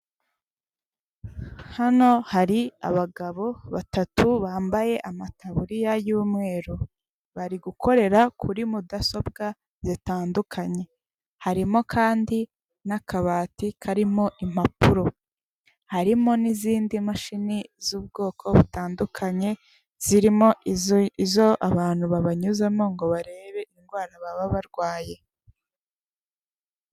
Hano hari abagabo batatu bambaye amataburiya y'umweru, bari gukorera kuri mudasobwa zitandukanye, harimo kandi n'akabati karimo impapuro, harimo n'izindi mashini z'ubwoko butandukanye zirimo izo abantu babanyuzamo ngo barebe indwara baba barwaye.